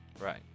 Right